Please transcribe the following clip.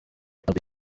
ntabwo